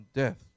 death